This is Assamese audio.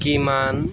কিমান